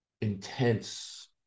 intense